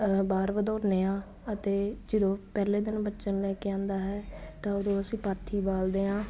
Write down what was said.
ਬਾਹਰ ਵਧਾਉਂਦੇ ਹਾਂ ਅਤੇ ਜਦੋਂ ਪਹਿਲੇ ਦਿਨ ਬੱਚਿਆਂ ਨੂੰ ਲੈ ਕੇ ਆਉਂਦਾ ਹੈ ਤਾਂ ਉਦੋਂ ਅਸੀਂ ਪਾਥੀ ਬਾਲਦੇ ਹਾਂ